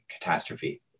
catastrophe